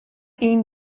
ihnen